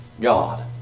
God